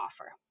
offer